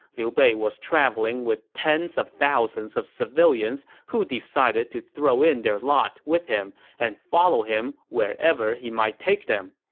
liu bei was traveling with tens of thousands of civilians who decided to throw in their lot with him and follow him wherever he might take them.